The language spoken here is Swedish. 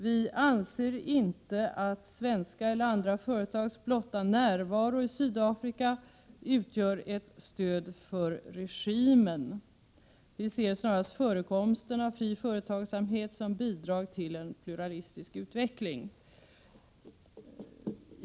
Vi anser inte att svenska eller andra företags blotta närvaro i Sydafrika utgör ett stöd för regimen. Vi ser snarast förekomsten av fri företagsamhet som bidrag till en pluralistisk utveckling.